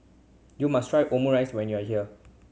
you must try Omurice when you are here